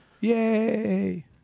Yay